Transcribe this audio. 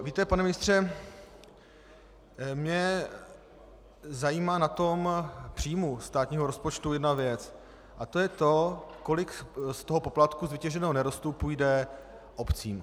Víte, pane ministře, mě zajímá na příjmu státního rozpočtu jedna věc a to je to, kolik z toho poplatku z vytěženého nerostu půjde obcím.